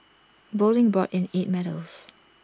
bowling brought in eight medals